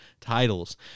titles